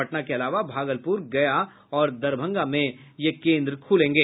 पटना के अलावा भागलपुर गया और दरभंगा में भी यह केन्द्र खुलेंगे